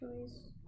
choice